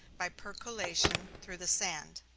by percolation through the sand.